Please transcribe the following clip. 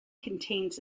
contains